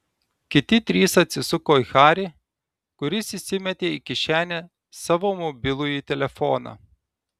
kiti trys atsisuko į harį kuris įsimetė į kišenę savo mobilųjį telefoną